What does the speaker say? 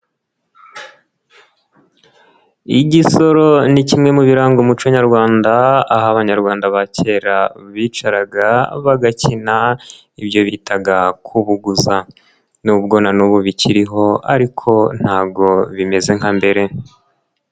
Igisoro ni kimwe mu biranga umuco Nyarwanda, aho abanyarwanda ba kera bicaraga, bagakina, ibyo bitaga kubuguza. Nubwo na n'ubu bikiriho, ariko ntabwo bimeze nka mbere.